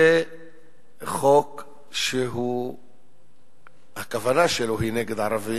זה חוק שהכוונה שלו היא נגד ערבים,